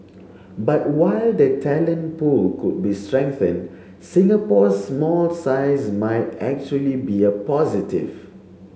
but while the talent pool could be strengthened Singapore's small size might actually be a positive